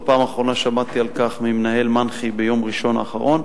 בפעם האחרונה שמעתי על כך ממנהל מנח"י ביום ראשון האחרון.